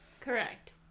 Correct